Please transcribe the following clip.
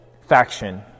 faction